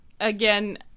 again